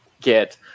get